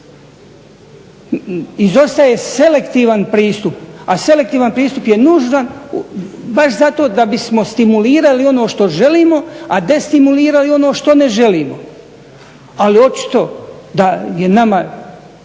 Izostaje selektivan pristup, a selektivan pristup je nužan baš zato da bismo stimulirali ono što želimo a destimulirali ono što ne želimo. Ali očito da je nama